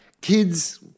Kids